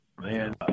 Man